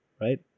Right